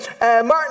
Martin